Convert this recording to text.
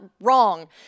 wrong